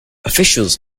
officials